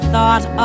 Thought